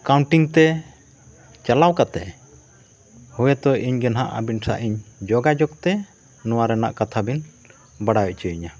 ᱠᱟᱣᱴᱤᱝ ᱛᱮ ᱪᱟᱞᱟᱣ ᱠᱟᱛᱮᱫ ᱦᱳᱭᱛᱚ ᱤᱧ ᱜᱮ ᱦᱟᱸᱜ ᱟᱵᱮᱱ ᱥᱟᱶ ᱤᱧ ᱡᱳᱜᱟᱡᱳᱜᱽ ᱛᱮ ᱱᱚᱣᱟ ᱨᱮᱭᱟᱜ ᱠᱟᱛᱷᱟ ᱵᱤᱱ ᱵᱟᱰᱟᱭ ᱦᱚᱪᱚᱧᱟ